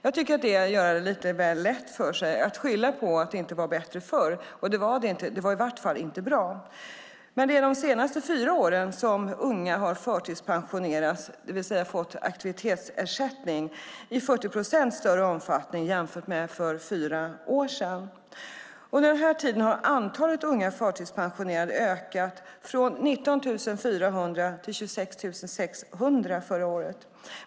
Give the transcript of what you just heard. Jag tycker att det är att göra det lite väl lätt för sig att skylla på att det inte var bättre förr. Det var det inte. Det var i vart fall inte bra. Men det är under de senaste fyra åren som unga har förtidspensionerats, det vill säga fått aktivitetsersättning, i 40 procent större omfattning jämfört med för fyra år sedan. Under den tiden har antalet unga förtidspensionerade ökat från 19 400 till 26 600 förra året.